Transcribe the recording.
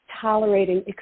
tolerating